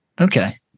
Okay